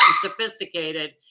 sophisticated